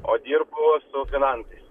o dirbu su finansais